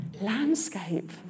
landscape